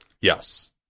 Yes